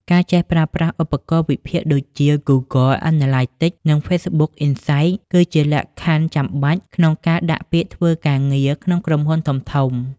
ការចេះប្រើប្រាស់ឧបករណ៍វិភាគដូចជា Google Analytics និង Facebook Insights គឺជាលក្ខខណ្ឌចាំបាច់ក្នុងការដាក់ពាក្យធ្វើការងារក្នុងក្រុមហ៊ុនធំៗ។